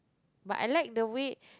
but I like the way